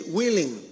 willing